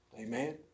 Amen